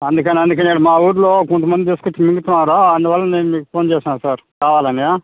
అందుకని అందుకని మా ఊర్లో కొంతమంది తీసుకొచ్చి మింగుతున్నారు అందువల్ల నేను మీకు ఫోన్ చేసినా సార్ కావాలని